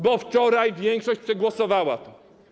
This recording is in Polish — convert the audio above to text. Bo wczoraj większość przegłosowała to.